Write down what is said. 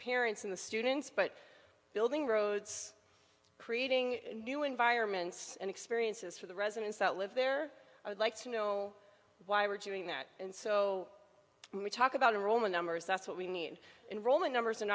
parents in the students but building roads creating new environments and experiences for the residents that live there i would like to know why we're doing that and so when we talk about enrollment numbers that's what we need enroll in numbers a